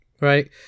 right